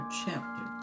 chapter